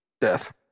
death